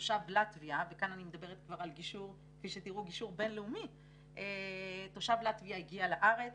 תושב לטביה וכאן אני מדברת כבר על גישור בין-לאומי שהגיע לארץ